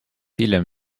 hiljem